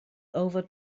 over